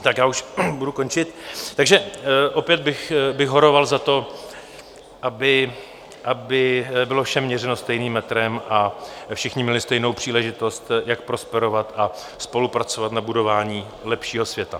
Tak já už budu končit, takže opět bych horoval za to, aby bylo všem měřeno stejným metrem a všichni měli stejnou příležitost, jak prosperovat a spolupracovat na budování lepšího světa.